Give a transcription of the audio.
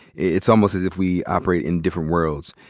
it's almost as if we operate in different worlds.